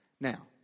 now